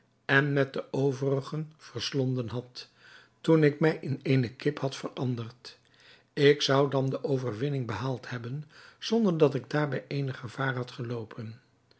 en met de overigen verslonden had toen ik mij in eene kip had veranderd ik zou dan de overwinning behaald hebben zonder dat ik daarbij eenig gevaar had geloopen